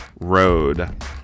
Road